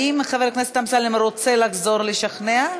האם חבר הכנסת אמסלם רוצה לחזור לשכנע?